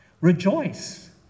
Rejoice